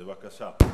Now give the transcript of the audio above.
בבקשה.